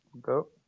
go